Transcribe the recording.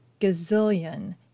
gazillion